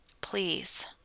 please